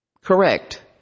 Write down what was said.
correct